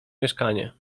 mieszkanie